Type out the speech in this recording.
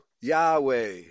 Yahweh